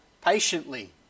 patiently